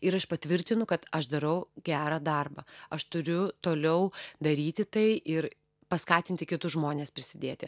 ir aš patvirtinu kad aš darau gerą darbą aš turiu toliau daryti tai ir paskatinti kitus žmones prisidėti